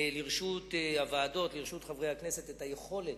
לרשות הוועדות, לרשות חברי הכנסת, את היכולת,